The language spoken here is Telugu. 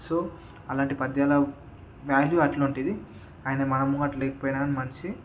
సో అలాంటి పద్యాల వ్యాల్యూ అట్లుంటుంది ఆయన మన ముంగిట లేకపోయిన కానీ మనిషి